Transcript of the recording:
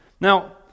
Now